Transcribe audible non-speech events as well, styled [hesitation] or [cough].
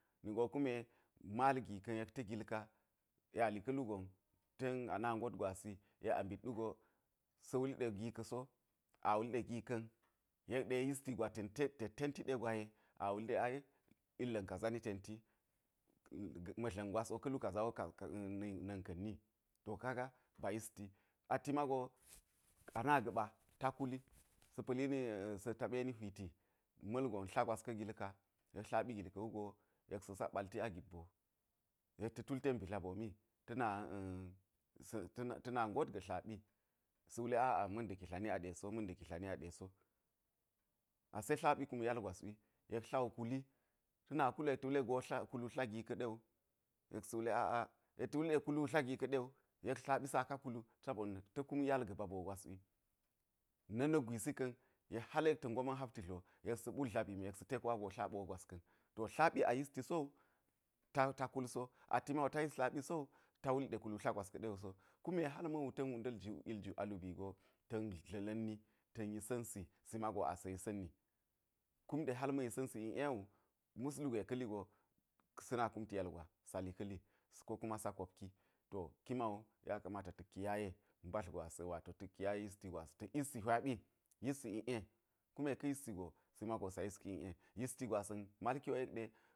Ningo kume mal gi ka̱n yek ta̱ gil ka yek a li ka̱ lu gonten a na ngot gwasi yek a mbit wugo, sa̱ wuli ɗe gi ka̱so aa wuli ɗe gi ka̱n yek ɗe yisti gwa tet tenti ɗe gwa ye a wuli ɗe ai illa̱n kaza ni tenti [hesitation] ma̱dla̱n gwas wo ka̱ lu ka kaza̱ wo na̱n ka̱n ni to kaga ba yistia ti mago ba na ga̱ɓa ta kuli sa̱ pa̱lini sa̱ taɓeni hwiti ma̱lgon tla gwas ka̱ gil ka, yek tlaɓi gil ka̱ wugo yek sa̱ sak ɓalti a gibbo yek ta̱ tul ten bidlaboomi sa̱ a̱a̱ ta̱ na ngot ga̱ tlaɓi sa̱ wule aa ma̱nda̱ki tla ni aɗe so ma̱nda̱ki tla ni aɗe so, ase tlaɓi kum yal gwas wi, yek tla wu kuli ta na kuli yek ta̱ wule go kulu tla gi ka̱ɗe wu yek sa̱ wule aa yek ta̱ wule kulu tla gi ka̱ɗe wu, yek tlaɓi saka kulu sbona̱ ta̱ kum yal ga̱ ba boo gwas wi na̱ na̱k gwisi ka̱n yek hal yek ta̱ ngo ma̱n hapti dlo yek sa̱ te kuwa go tlaɓi wo gwas ka̱n, to tlaɓi a yisti sowu, ta ta kul so a ti mawu ta yis tlaɓi sowu, ta wuli ɗe kulu tla gwas ka̱ ɗe wu so kume hal ma̱ wuta̱n wunda̱l ji il juju a lubii go, ta̱ndla̱la̱nni ta̱n yisa̱n si si mago asa̱ yisa̱nni, kumɗe hal ma̱ yisa̱nsi i'e wu mus lugwe ka̱ li go sa̱ na kumti yal gwa sa li ka̱li ko kuma sa kop ki, to ki ma wu ya kamata ta̱k kiyaye mbadl gwas [unintelligible] wato ta̱k kiyaye yisti gwas ta̱k yissi hwaɓi yissi iˈe kume ka̱ yissi go si mago sa̱ yiski iˈe yisti gwasa̱n malki wo yek ɗe.